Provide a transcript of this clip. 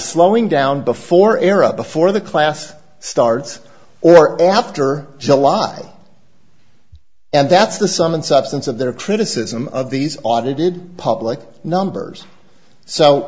slowing down before era before the class starts or after july and that's the sum and substance of their criticism of these audited public numbers so